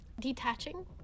detaching